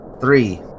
Three